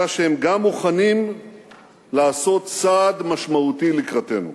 אלא שהם גם מוכנים לעשות צעד משמעותי לקראתנו.